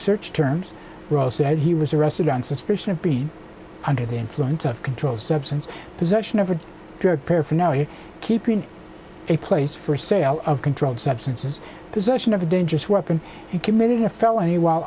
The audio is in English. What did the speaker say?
search terms ross said he was arrested on suspicion of being under the influence of controlled substance possession of a drug paraphernalia keeping a place for sale of controlled substances possession of a dangerous weapon and committing a felony while